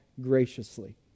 graciously